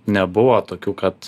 nebuvo tokių kad